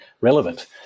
relevant